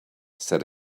said